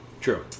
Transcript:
True